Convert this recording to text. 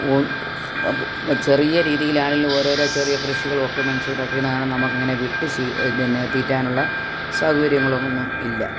ചെറിയ രീതിയിലാണെങ്കിലും ഓരോരോ ചെറിയ കൃഷികളുമൊക്കെ മനുഷ്യരുടെ അടുക്കയിൽ നിന്നാണെങ്കിലും നമുക്കങ്ങനെ വിട്ട് ശീ പിന്നെ തീറ്റാനുള്ള സൗകര്യങ്ങളൊന്നും ഇല്ല